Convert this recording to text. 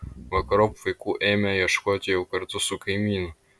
vakarop vaikų ėmė ieškoti jau kartu su kaimynu